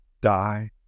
die